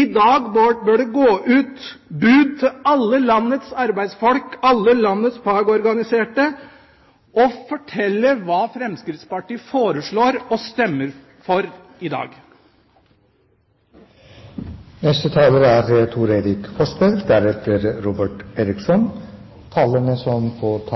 I dag bør det gå ut bud til alle landets arbeidsfolk, alle landets fagorganiserte, som forteller hva Fremskrittspartiet foreslår og stemmer for i dag. Når det er slik at Fremskrittspartiet i denne sal sier at LO og arbeidstakerorganisasjonene sørger for seg